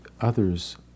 others